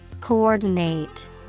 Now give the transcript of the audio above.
Coordinate